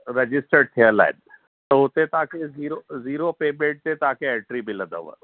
registered थियल आहिनि त हुते तव्हांखे ज़ीरो ज़ीरो पेमेंट ते तव्हांखे ऐंट्री मिलंदव हा